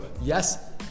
yes